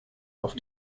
auf